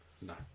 No